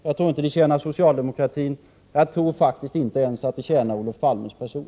Jag tror inte att det tjänar socialdemokratin. Jag tror faktiskt inte ens att det tjänar Olof Palmes person.